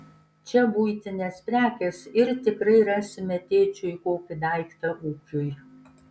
čia buitinės prekės ir tikrai rasime tėčiui kokį daiktą ūkiui